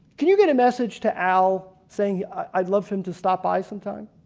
can you get a message to al saying i'd love for him to stop by some time